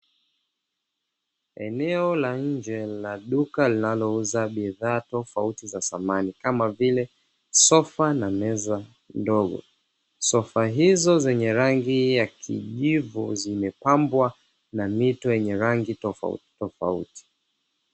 Eneo la nje na duka linalouza bidhaa tofauti za samani kama vile sofa na meza ndogo, sofa hizo zenye rangi ya kijivu zimepambwa na mito yenye rangi tofauti tofauti.